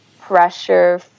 pressure